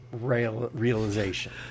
realization